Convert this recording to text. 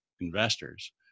investors